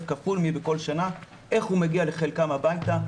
כפול מבכל שנה איך הוא מגיע לחלקם הביתה,